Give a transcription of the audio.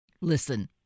listen